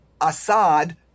Assad